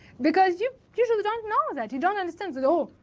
because you usually don't know that, you don't understand at all.